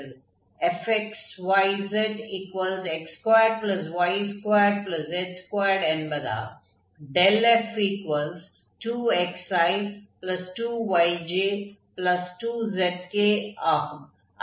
fx y zx2y2z2 என்பதால் ∇f2xi2yj2zk ஆகும்